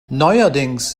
neuerdings